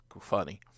Funny